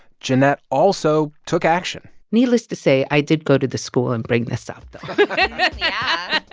jeanette also took action needless to say, i did go to the school and bring this up, though yeah